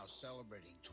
celebrating